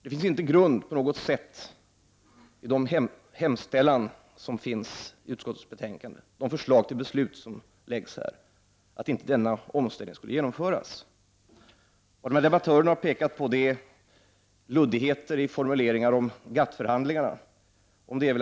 I det förslag till beslut som utskottet framlägger finns inte någon grund för att anta att inte denna omställning skulle genomföras. Det som debattörerna pekar på är luddigheter i formuleringarna när det gäller GATT-förhandlingarna.